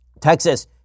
Texas